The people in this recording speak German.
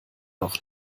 noch